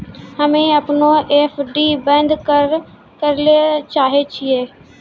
हम्मे अपनो एफ.डी बन्द करै ले चाहै छियै